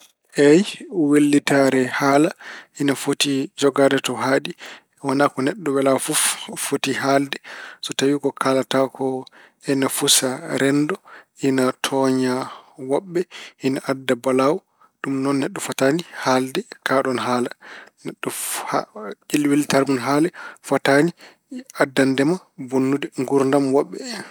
Eey, wellitaare haala ene foti jogaade to haaɗi. Wonaa ko neɗɗo wela fof foti haalde. Tawi ko kaalata ko ena fusa renndo, ene tooña woɓɓe, ene adda balawu, ɗum noon neɗɗo fotaani haalde kaɗoon haala. Neɗɗo- fo- ƴe- wellitaare mum haala fotaani addandema bonnude nguurdam woɓɓe.